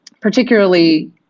particularly